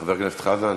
חבר הכנסת חזן,